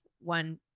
one